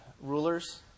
rulers